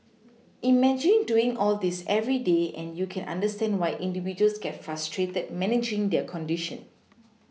imagine doing all this every day and you can understand why individuals get frustrated managing their condition